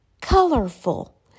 colorful